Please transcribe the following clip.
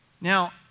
Now